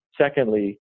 Secondly